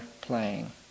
playing